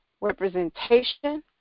representation